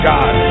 God